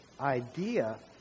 idea